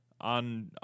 on